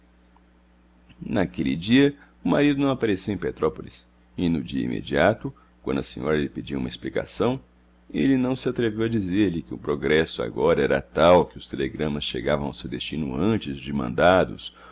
naquele dia o marido não apareceu em petrópolis e no dia imediato quando a senhora lhe pediu uma explicação ele não se atreveu a dizer-lhe que o progresso agora era tal que os telegramas chegavam ao seu destino antes de mandados